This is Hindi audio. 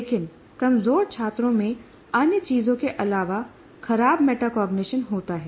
लेकिन कमजोर छात्रों में अन्य चीजों के अलावा खराब मेटाकॉग्निशन होता है